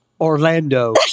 Orlando